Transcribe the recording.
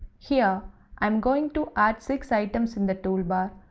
here i'm going to add six items in the toolbar,